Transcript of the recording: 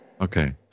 Okay